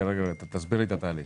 תסביר לי את התהליך.